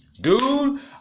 Dude